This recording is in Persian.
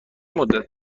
مدتی